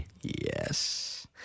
Yes